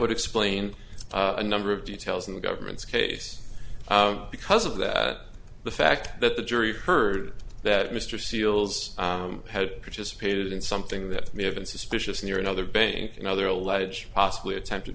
would explain a number of details in the government's case because of that the fact that the jury heard that mr seals had participated in something that may have been suspicious near another bank another alleged possibly attempted